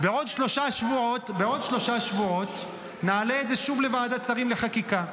בעוד שלושה שבועות נעלה את זה שוב לוועדת השרים לחקיקה.